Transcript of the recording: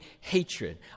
hatred